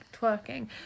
twerking